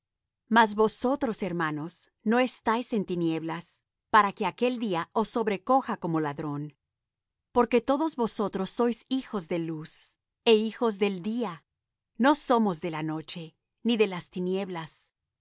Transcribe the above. mas vosotros hermanos no estáis en tinieblas para que aquel día os sobrecoja como ladrón porque todos vosotros sois hijos de luz é hijos del día no somos de la noche ni de las tinieblas